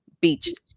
beach